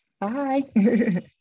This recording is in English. Bye